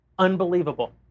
Unbelievable